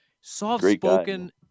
soft-spoken